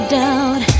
doubt